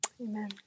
Amen